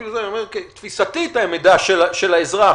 תפיסתית המידע של האזרח,